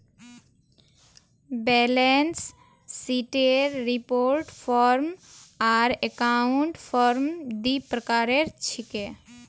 balance शीटेर report form आर account form दी प्रकार छिके